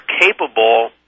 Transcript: capable